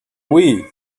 wii